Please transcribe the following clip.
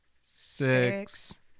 Six